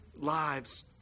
lives